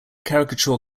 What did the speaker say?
caricature